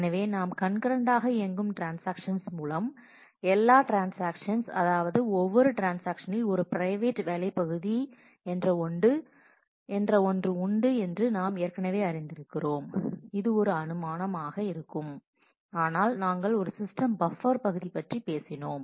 எனவே நாம் கண்கரண்ட் ஆக இயங்கும் ட்ரான்ஸாக்ஷன்ஸ் மூலம் எல்லா ட்ரான்ஸாக்ஷன்ஸ் அதாவது ஒவ்வொரு ட்ரான்ஸாக்ஷனில் ஒரு பிரைவேட் வேலைப் பகுதி என்ற ஒன்று உண்டு என்று நாம் ஏற்கனவே அறிந்திருக்கிறோம் அது ஒரு அனுமானம் ஆக இருக்கும்ஆனால் நாங்கள் ஒரு சிஸ்டம் பஃப்பர் பகுதி பற்றி பேசினோம்